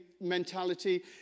mentality